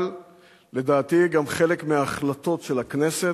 אבל לדעתי גם חלק מההחלטות של הכנסת,